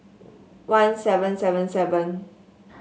one seven seven seven